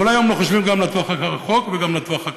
אבל היום לא חושבים גם לטווח הרחוק וגם לטווח הקצר,